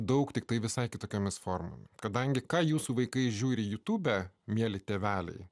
daug tiktai visai kitokiomis formomis kadangi ką jūsų vaikai žiūri jutube mieli tėveliai